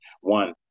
one